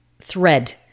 thread